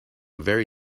very